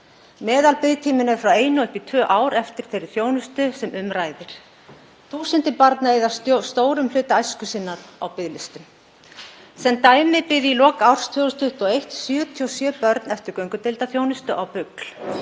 Meðalbiðtíminn er frá einu og upp í tvö ár eftir þeirri þjónustu sem um ræðir. Þúsundir barna eyða stórum hluta æsku sinnar á biðlistum. Sem dæmi biðu í lok árs 2021 77 börn eftir göngudeildarþjónustu á BUGL,